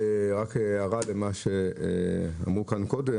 הערה לגבי מה שנאמר קודם,